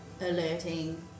alerting